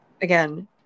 Again